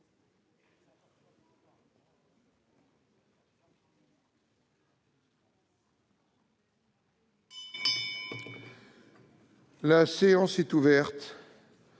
La séance est ouverte.